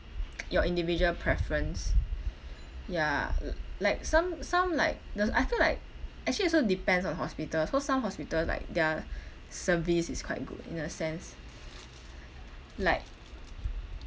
your individual preference ya l~ like some some like thes I feel like actually also depends on hospital so some hospital like their service is quite good in a sense like